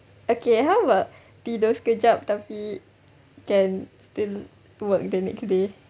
okay how about tidur sekejap tapi can still work the next day